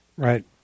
Right